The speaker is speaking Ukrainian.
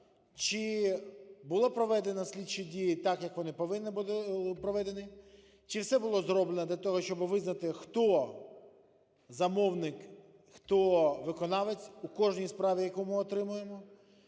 чи було проведено слідчі дії так, як вони повинні були проведені, чи все було зроблено для того, щоби визнати, хто замовник, хто виконавець у кожній справі, яку ми отримуємо.